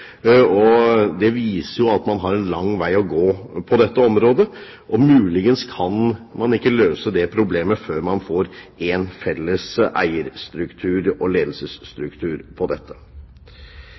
Det viser jo at man har en lang vei å gå på dette området, og muligens kan man ikke løse det problemet før man får én felles eierstruktur og